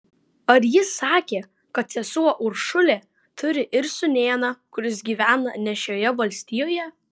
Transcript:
ar ji sakė kad sesuo uršulė turi ir sūnėną kuris gyvena ne šioje valstijoje